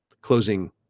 closing